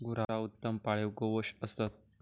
गुरा उत्तम पाळीव गोवंश असत